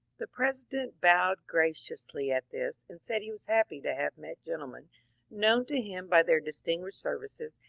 the president bowed graciously at this, and said he was happy to have met gentlemen known to him by their distinguished services,